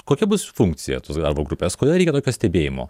kokia bus funkcija tos darbo grupės kodėl reikia tokio stebėjimo